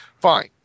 fine